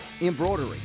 embroidery